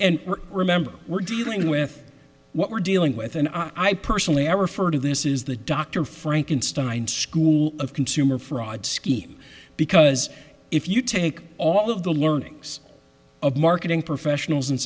and remember we're dealing with what we're dealing with and i personally i refer to this is the dr frankenstein school of consumer fraud scheme because if you take all of the learnings of marketing professionals